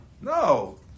no